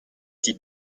die